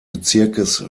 bezirkes